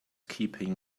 keeping